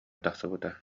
тахсыбыта